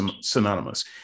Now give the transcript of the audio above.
synonymous